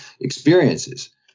experiences